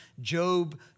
Job